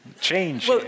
change